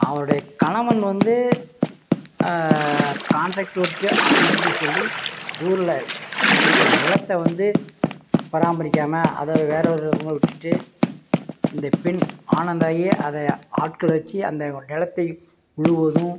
அவங்களுடைய கணவன் வந்து கான்ட்ராக்ட் ஒர்க்கு அப்படி இப்படி சொல்லி ஊரில் இருக்கிற நிலத்தை வந்து பராமரிக்காமல் அதை வேறு ஒருத்தவங்களுக்கு விட்டுவிட்டு இந்த பெண் ஆனந்தாயி அதை ஆட்கள் வச்சு அந்த நிலத்தை உழுவதும்